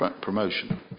promotion